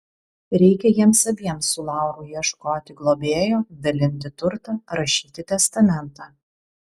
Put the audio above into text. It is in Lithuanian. reikia jiems abiems su lauru ieškoti globėjo dalinti turtą rašyti testamentą